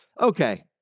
Okay